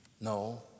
No